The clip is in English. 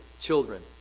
children